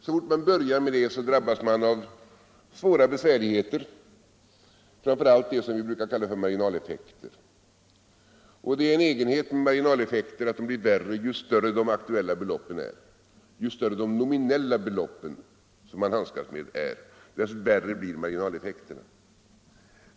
Så fort man börjar med det drabbas man av svårigheter, framför allt av det som vi brukar kalla marginaleffekter. Och marginaleffekterna har den egenheten att de blir värre ju större de aktuella beloppen är. Ju större de nominella belopp som man handskas med är, dess värre blir marginaleffekterna.